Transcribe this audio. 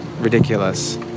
ridiculous